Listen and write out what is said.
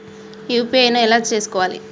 UPI ను ఎలా చేస్కోవాలి?